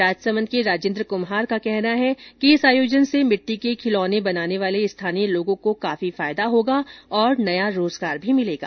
राजसमंद के राजेन्द्र कृम्हार का कहना है कि इस आयोजन से मिट्टी के खिलौने बनाने वाले स्थानीय लोगों को काफी फायदा होगा और नया रोजगार भी मिलेगा